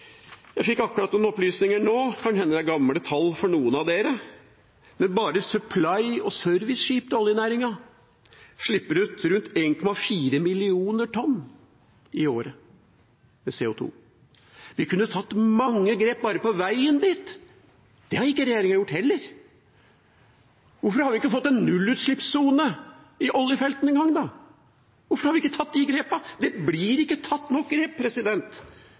Jeg fikk akkurat noen opplysninger, det kan hende det er gamle tall for noen av dere: Bare supply- og serviceskip til oljenæringa slipper ut rundt 1,4 millioner tonn CO 2 i året. Vi kunne tatt mange grep bare på veien dit. Det har regjeringa heller ikke gjort. Hvorfor har vi ikke engang fått en nullutslippssone i oljefeltene? Hvorfor har vi ikke tatt de grepene? Det blir ikke tatt nok grep,